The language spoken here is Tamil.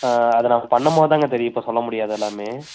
அதை நாங்கள் பண்ணம்மோதாங்க தெரியும் இப்போ சொல்ல முடியாது எல்லாமே